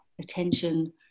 attention